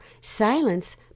silence